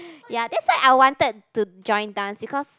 ya that's why I wanted to join dance because